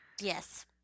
yes